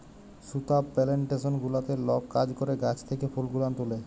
সুতা পেলেনটেসন গুলাতে লক কাজ ক্যরে গাহাচ থ্যাকে ফুল গুলান তুলে